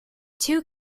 two